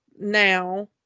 now